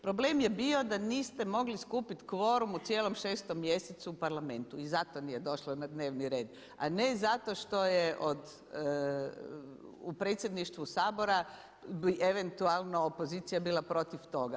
Problem je bio da niste mogli skupiti kvorum u cijelom 6. mjesecu u Parlamentu i zato nije došlo na dnevni red, a ne zato što je u Predsjedništvu Sabora eventualna opozicija bila protiv toga.